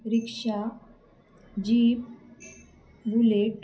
rickshaw jeep bullet